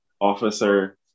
officer